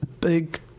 big